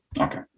okay